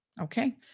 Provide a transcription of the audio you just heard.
okay